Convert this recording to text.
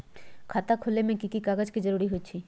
खाता खोले में कि की कागज के जरूरी होई छइ?